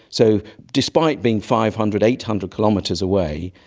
so despite being five hundred, eight hundred kilometres away,